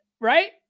right